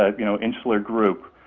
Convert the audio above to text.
ah you know, insular group,